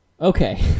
Okay